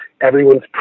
everyone's